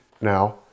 now